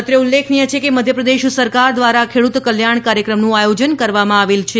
અત્રે ઉલ્લેખનીય છે કે મધ્યપ્રદેશ સરકાર દ્રારા ખેડૂત કલ્યાણ કાર્યક્રમનું આયોજન કરવામાં આવેલ છે